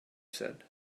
said